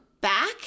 back